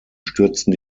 stürzten